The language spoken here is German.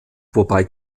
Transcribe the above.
wobei